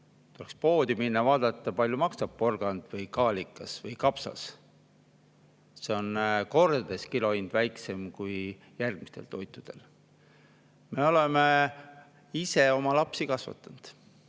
Tuleks poodi minna ja vaadata, palju maksab porgand või kaalikas või kapsas. See kilohind on kordades väiksem kui [teistel] toitudel. Me oleme ise oma lapsi kasvatanud